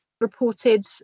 reported